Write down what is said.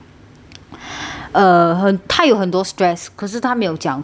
uh 很他有很多 stress 可是他没有讲出来